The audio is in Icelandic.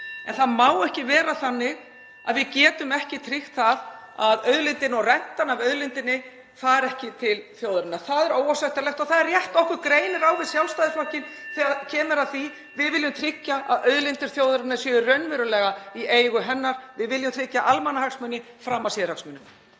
En það má ekki vera þannig að við getum ekki tryggt það að rentan af auðlindinni fari ekki til þjóðarinnar. Það er óásættanlegt og (Forseti hringir.) það er rétt að okkur greinir á við Sjálfstæðisflokkinn þegar kemur að því. Við viljum tryggja að auðlindir þjóðarinnar séu raunverulega í eigu hennar. Við viljum tryggja almannahagsmuni framar sérhagsmunum.